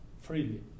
freely